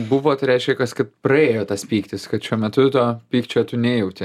buvo tai reiškia kas kad praėjo tas pyktis kad šiuo metu to pykčio tu nejauti